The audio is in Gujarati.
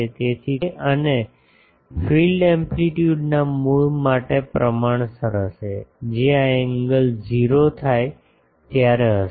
તેથી તે કેન્દ્રમાં P અને ફીલ્ડ એમ્પલીટ્યુડના મૂળ માટે પ્રમાણસર હશે જે આ એંગલ 0 થાય ત્યારે હશે